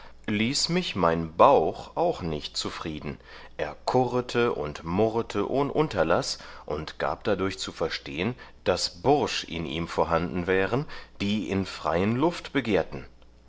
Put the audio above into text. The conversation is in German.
ließ mich mein bauch auch nicht zufrieden er kurrete und murrete ohn unterlaß und gab dadurch zu verstehen daß bursch in ihm vorhanden wären die in freien luft begehrten